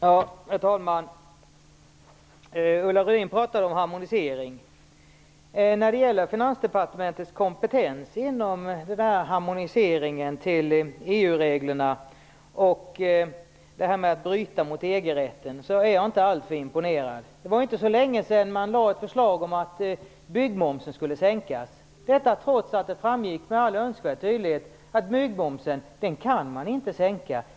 Herr talman! Ulla Rudin pratade om harmonisering. När det gäller Finansdepartementets kompetens i fråga om harmoniseringen till EU-reglerna och det här med att bryta mot EG-rätten, är jag inte alltför imponerad. Det var inte så länge sedan man lade fram ett förslag om att byggmomsen skulle sänkas - detta trots att det framgick med all önskvärd tydlighet att man inte kan sänka byggmomsen.